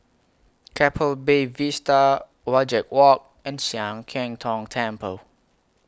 Keppel Bay Vista Wajek Walk and Sian Keng Tong Temple